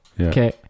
Okay